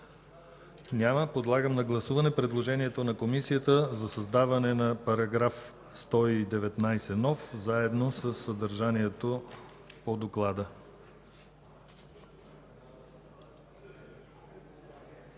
Няма. Подлагам на гласуване предложението на Комисията за създаване на § 119 нов, заедно със съдържанието по доклада.